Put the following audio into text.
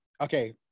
Okay